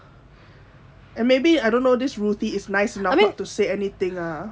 and maybe I don't know this ruthie is nice enough not to say anything ah